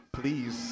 Please